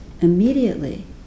immediately